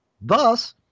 thus